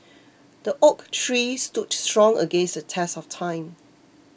the oak tree stood strong against the test of time